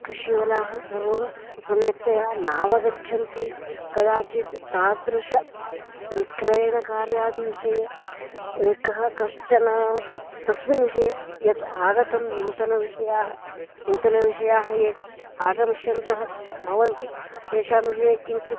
कृषिवलाः सर्वं सम्यक्तया नावगच्छन्ति कदाचित् तादृश विक्रयणकार्यादि विषये एकः कश्चन तत् तस्मिन् विषये यत् आगतं नूतन विषयाः नूतन विषयाः ये स् आगमिष्यन्तः भवन्ति तेषां विषये किञ्चित्